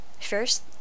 First